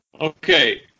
Okay